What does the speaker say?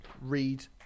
read